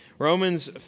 Romans